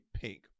Pink